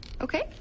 okay